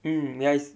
mm nice